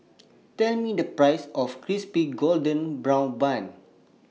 Tell Me The Price of Crispy Golden Brown Bun